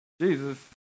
Jesus